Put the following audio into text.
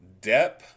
Depp